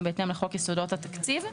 גם בהתאם לחוק יסודות התקציב.